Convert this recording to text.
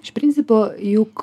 iš principo juk